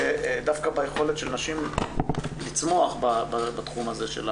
דווקא ביכולת של נשים לצמוח בתחום הזה.